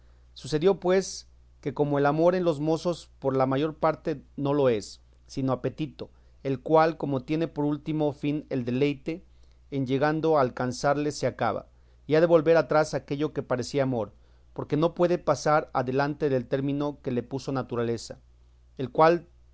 sucedió pues que como el amor en los mozos por la mayor parte no lo es sino apetito el cual como tiene por último fin el deleite en llegando a alcanzarle se acaba y ha de volver atrás aquello que parecía amor porque no puede pasar adelante del término que le puso naturaleza el cual